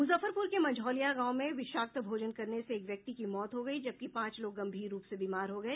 मुजफ्फरपुर के मंझौलिया गांव में विषाक्त भोजन करने से एक व्यक्ति की मौत हो गयी जबकि पांच लोग गंभीर रूप से बीमार हो गये